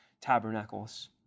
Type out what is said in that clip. Tabernacles